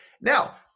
Now